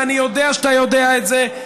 ואני יודע שאתה יודע את זה,